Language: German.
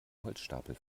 holzstapel